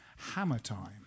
HAMMERTIME